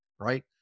right